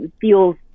feels